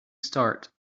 start